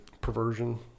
Perversion